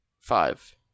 Five